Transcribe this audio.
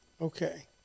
Okay